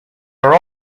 are